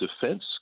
defense